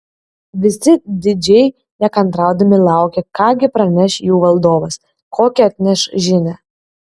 visi didžiai nekantraudami laukė ką gi praneš jų valdovas kokią atneš žinią